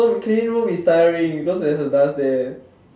so cleaning room is tiring because there's dust there